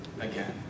again